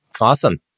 Awesome